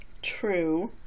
True